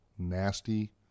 nasty